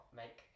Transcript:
make